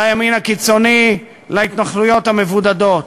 לימין הקיצוני, להתנחלויות המבודדות.